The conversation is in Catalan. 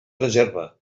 reserva